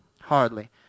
Hardly